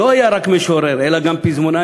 לא היה רק משורר אלא גם פזמונאי,